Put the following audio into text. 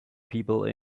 people